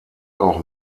auch